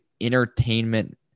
entertainment